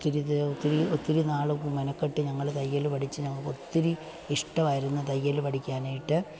ഒത്തിരി ഒത്തിരി ഒത്തിരി നാൾ മെനക്കെട്ട് ഞങ്ങൾ തയ്യൽ പഠിച്ചു ഞങ്ങൾക്ക് ഒത്തിരി ഇഷ്ടമാായിരുന്നു തയ്യൽ പഠിക്കാനായിട്ട്